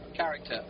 Character